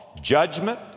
judgment